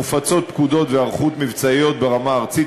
מופצות פקודות והיערכויות מבצעיות ברמה הארצית,